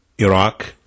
Iraq